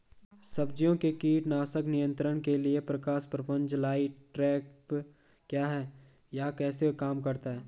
सब्जियों के कीट नियंत्रण के लिए प्रकाश प्रपंच लाइट ट्रैप क्या है यह कैसे काम करता है?